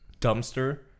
dumpster